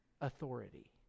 authority